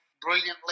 brilliantly